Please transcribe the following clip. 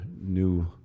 new